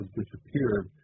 disappeared